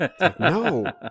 No